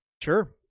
Sure